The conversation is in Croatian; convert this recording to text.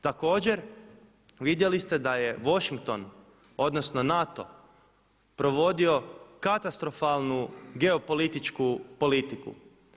Također vidjeli ste da je Washington, odnosno NATO provodio katastrofalnu geopolitičku politiku.